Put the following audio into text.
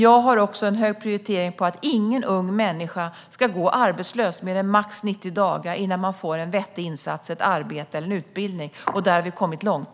Jag har också hög prioritering på att ingen ung människa ska gå arbetslös mer än max 90 dagar innan hon får en vettig insats, ett arbete eller en utbildning. Här har vi kommit långt.